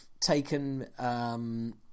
taken